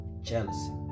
jealousy